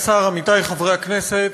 אדוני השר, עמיתי חברי הכנסת,